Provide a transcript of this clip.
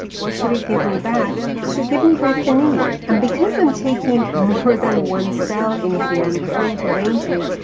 what should it give me back? should give me back the name. and because i'm taking more than one cell in here i'm referring to ranges,